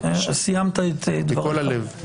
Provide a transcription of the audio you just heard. בבקשה, מכל הלב.